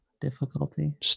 difficulty